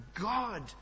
god